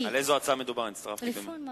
על איזה הצעה מדובר, הצטרפתי קודם, רפורמה